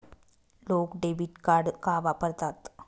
लोक debit card का वापरतात?